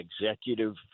executive